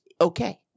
okay